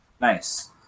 Nice